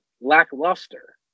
lackluster